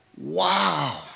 Wow